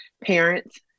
parents